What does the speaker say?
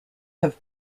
have